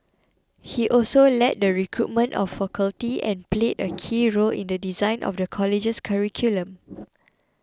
he also led the recruitment of faculty and played a key role in the design of the college's curriculum